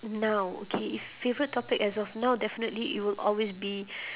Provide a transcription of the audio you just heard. now okay if favourite topic as of now definitely it will always be